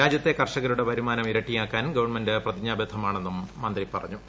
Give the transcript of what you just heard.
രാജ്യത്തെ കർഷകരുടെ വരുമാനം ഇരട്ടിയാക്കാൻ ഗവണ്മെന്റ് പ്രതിജ്ഞാബദ്ധമാണെന്നും മന്ത്രി പറഞ്ഞു